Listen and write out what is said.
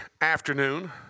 afternoon